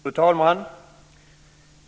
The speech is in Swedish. Fru talman!